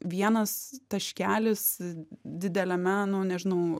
vienas taškelis dideliame nu nežinau